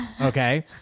Okay